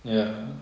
ya